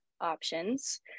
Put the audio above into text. options